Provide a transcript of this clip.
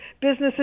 businesses